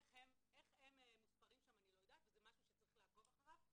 איך הם ממוספרים שם אני לא יודעת וזה משהו שצריך לעקוב אחריו,